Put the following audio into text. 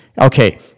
okay